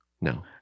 No